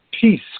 peace